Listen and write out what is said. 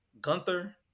Gunther